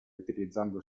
utilizzando